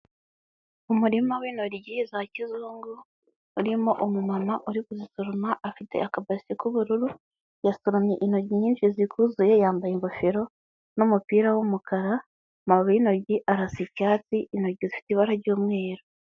Umurima w'intoryi za kizungu, urimo umumama uri kuzisoroma afite akabasi k'ubururu, yasoromye intoki nyinshi zikuzuye, yambaye ingofero n'umupira w'umukara, ambababi y'intoryi arasa icyatsi intoki zifite ibara ry'umweru.